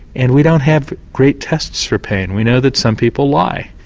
and we don't have great tests for pain we know that some people lie,